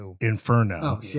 Inferno